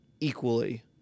equally